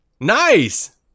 Nice